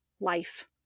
life